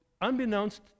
unbeknownst